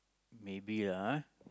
maybe lah